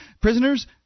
prisoners